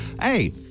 Hey